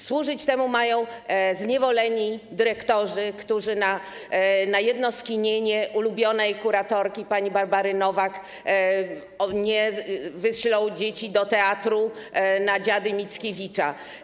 Służyć temu mają zniewoleni dyrektorzy, którzy na jedno skinienie ulubionej kuratorki, pani Barbary Nowak, nie wyślą dzieci do teatru na „Dziady” Mickiewicza.